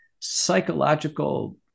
psychological